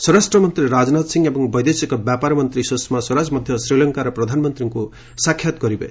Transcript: ସ୍ୱରାଷ୍ଟ୍ରମନ୍ତ୍ରୀ ରାଜନାଥ ସିଂ ଏବଂ ବୈଦେଶିକ ବ୍ୟାପାର ମନ୍ତ୍ରୀ ସୁଷମା ସ୍ୱରାଜ ମଧ୍ୟ ଶ୍ରୀଲଙ୍କାର ପ୍ରଧାନମନ୍ତ୍ରୀଙ୍କୁ ସାକ୍ଷାତ କରିବେ